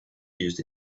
used